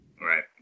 Right